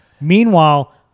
meanwhile